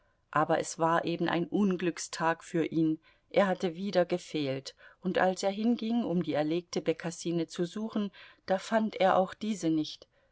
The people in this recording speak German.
aber es war eben ein unglückstag für ihn er hatte wieder gefehlt und als er hinging um die erlegte bekassine zu suchen da fand er auch diese nicht